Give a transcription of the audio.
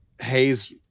Hayes